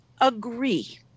agree